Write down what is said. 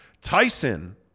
Tyson